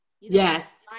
Yes